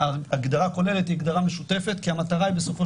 ההגדרה הכוללת היא הגדרה משותפת כי המטרה היא בסופו